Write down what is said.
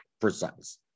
precise